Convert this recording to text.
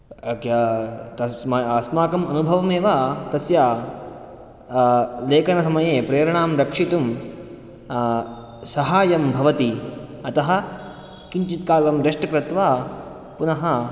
अस्माकमनुभवमेव तस्य लेकनसमये प्रेरणां रक्षितुं साहाय्यं भवति अतः किञ्चित्कालं रेस्ट् कृत्वा पुनः